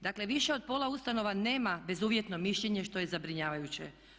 Dakle, više od pola ustanova nema bezuvjetno mišljenje, što je zabrinjavajuće.